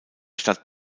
stadt